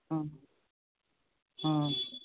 हाँ हाँ